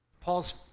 Paul's